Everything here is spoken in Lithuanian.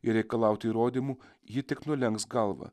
ir reikalauti įrodymų ji tik nulenks galvą